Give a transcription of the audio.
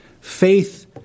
faith